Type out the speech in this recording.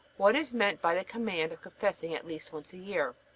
what is meant by the command of confessing at least once a year?